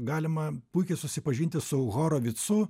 galima puikiai susipažinti su horovicu